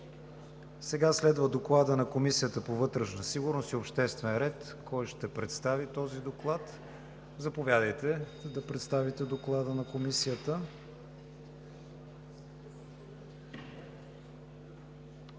Сега следва Доклада на Комисията по вътрешна сигурност и обществен ред. Кой ще представи този доклад? Заповядайте да представите Доклада на Комисията.